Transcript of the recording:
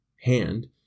hand